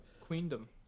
Queendom